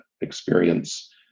experience